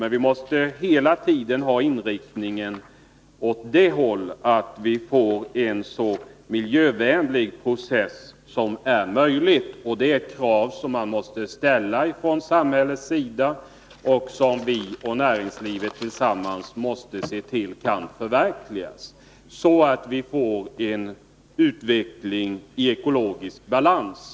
Men vi måste hela tiden ha inriktningen åt det hållet att vi får en så miljövänlig process som möjligt. Det är krav som man måste ställa från samhällets sida, och som vi och näringslivet tillsammans måste se till att förverkliga, så att vi får en utveckling i ekologisk balans.